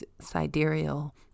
sidereal